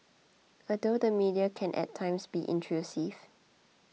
although the media can at times be intrusive